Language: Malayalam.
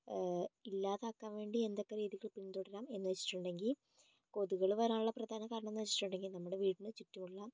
ഇല്ലാതാക്കാൻ വേണ്ടി എന്തൊക്കെ രീതികൾ പിന്തുടരാം എന്ന് വെച്ചിട്ടുണ്ടെങ്കിൽ കൊതുകുകൾ വരാനുള്ള പ്രധാന കാരണം എന്ന് വെച്ചിട്ടുണ്ടെങ്കിൽ നമ്മുടെ വീടിന് ചുറ്റുമുള്ള